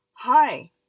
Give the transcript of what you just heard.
Hi